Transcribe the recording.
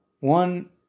One